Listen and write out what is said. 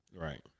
Right